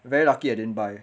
very lucky I didn't buy